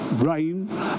Rain